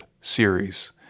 series